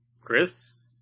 Chris